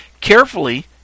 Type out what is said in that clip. carefully